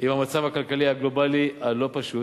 עם המצב הכלכלי הגלובלי הלא-פשוט.